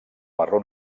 marró